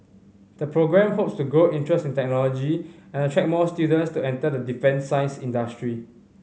the programme hopes to grow interest in technology and attract more students to enter the defence science industry